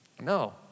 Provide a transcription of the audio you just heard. No